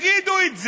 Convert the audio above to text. תגידו את זה.